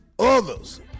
Others